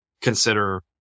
consider